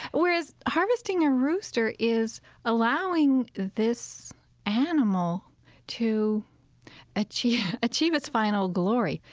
whereas harvesting a rooster is allowing this animal to achieve achieve its final glory.